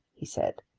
he said,